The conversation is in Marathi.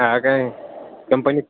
हा काय कंपनीत